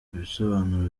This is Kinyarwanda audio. ibisobanuro